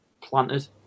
planted